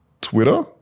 Twitter